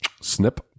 snip